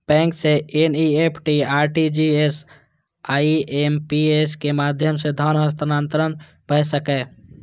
bank सं NEFT, RTGS, IMPS के माध्यम सं धन हस्तांतरण भए सकैए